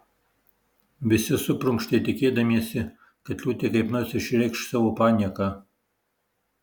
visi suprunkštė tikėdamiesi kad liūtė kaip nors išreikš savo panieką